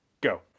go